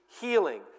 healing